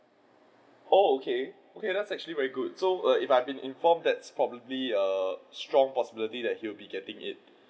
oh okay okay that's actually very good so err if I've been informed that's probably a strong possibility that he'll be getting it